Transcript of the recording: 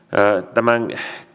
tämän